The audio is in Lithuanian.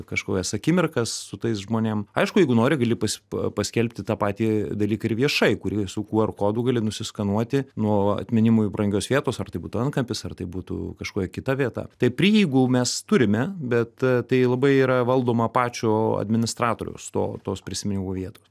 kažkokias akimirkas su tais žmonėm aišku jeigu nori gali pas paskelbti tą patį dalyką ir viešai kuri su kuer kodu gali nusiskenuoti nuo atminimui brangios vietos ar tai būtų antkapis ar tai būtų kažkokia kita vieta tai prieigų mes turime bet tai labai yra valdoma pačio administratoriaus to tos prisiminimų vietos